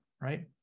right